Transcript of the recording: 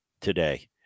today